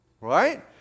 right